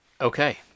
Okay